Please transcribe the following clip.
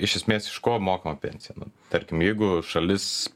iš esmės iš ko mokama pensija nu tarkim jeigu šalis